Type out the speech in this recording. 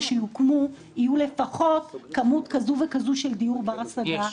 שיוקמו תהיה לפחות כמות כזו וכזו של דיור בר השגה?